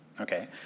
okay